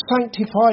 sanctified